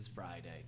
Friday